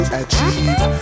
achieve